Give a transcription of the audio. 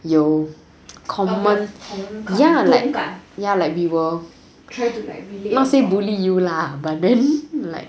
有 common ya like we were not say like bully you lah but then like